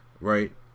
right